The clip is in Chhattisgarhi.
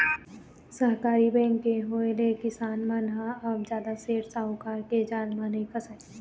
सहकारी बेंक के होय ले किसान मन ह अब जादा सेठ साहूकार के जाल म नइ फसय